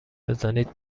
بزنید